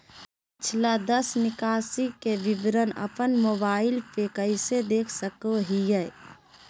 पिछला दस निकासी के विवरण अपन मोबाईल पे कैसे देख सके हियई?